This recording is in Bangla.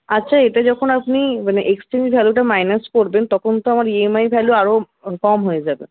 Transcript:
আচ্ছা এটা যখন আপনি মানে এক্সচেঞ্জ ভ্যালুটা মাইনাস করবেন তখন তো আমার ইএমআই ভ্যালু আরও কম হয়ে যাবে